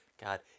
God